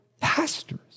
pastors